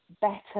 better